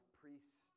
priests